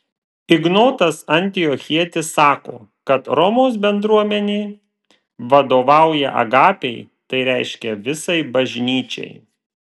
ignotas antiochietis sako kad romos bendruomenė vadovauja agapei tai reiškia visai bažnyčiai